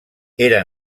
era